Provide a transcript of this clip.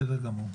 בסדר גמור.